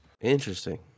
Interesting